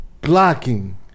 blocking